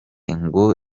ngo